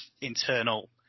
internal